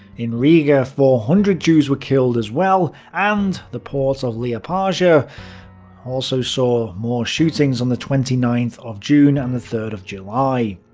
in riga, four hundred jews were killed as well. and the port of liepaja also saw more shootings on the twenty ninth of june and the third of july.